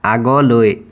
আগলৈ